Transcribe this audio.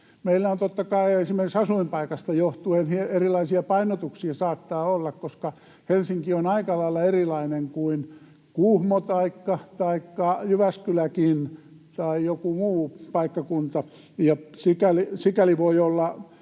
olla totta kai esimerkiksi asuinpaikasta johtuen erilaisia painotuksia, koska Helsinki on aika lailla erilainen kuin Kuhmo taikka Jyväskyläkin tai joku muu paikkakunta. Sikäli voi olla